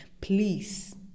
please